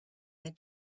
they